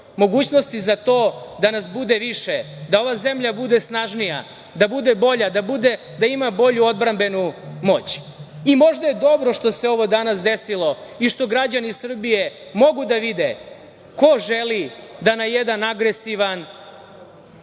mogućnosti za to da nas bude više, da ova zemlja bude snažnija, da bude bolja, da ima bolju odbrambenu moć. Možda je dobro što se ovo danas desilo i što građani Srbije mogu da vide ko želi da na jedan agresivan